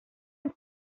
els